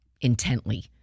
intently